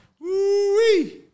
Woo-wee